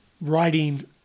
writing